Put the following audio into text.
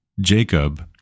Jacob